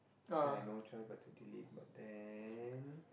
so I no choice but to delete but then